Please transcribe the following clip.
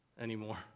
anymore